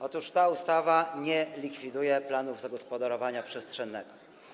Otóż ta ustawa nie likwiduje planów zagospodarowania przestrzennego.